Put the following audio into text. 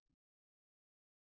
42 EV ಆಗಿದೆ